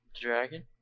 Dragon